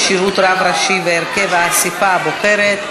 כשירות רב ראשי והרכב האספה הבוחרת),